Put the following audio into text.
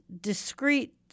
discrete